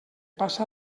passa